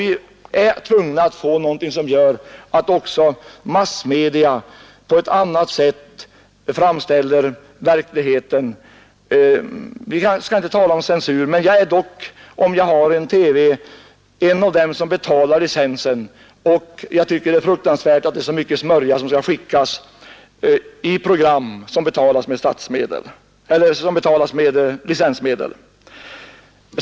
Vi är tvungna att få någonting som gör att också massmedia framställer verkligheten på ett annat sätt. Vi skall inte tala om censur, men om jag har en TV, är jag dock en av dem som betalar licensen. Därför är det fruktansvärt att så mycken smörja skall skickas i program som betalas med licensmedel.